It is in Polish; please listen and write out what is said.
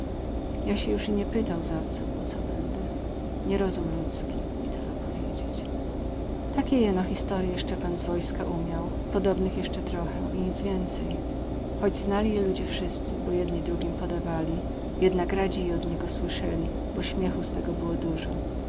ja sie już nie pytał za co bo co bedę nierozum ludzki i telo powiedzieć takie jeno historje szczepan z wojska umiał podobnych jeszcze trochę i nic więcej choć znali je ludzie wszyscy bo jedni drugim podawali jednak radzi je od niego słyszeli bo śmiechu z tego było dużo